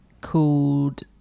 called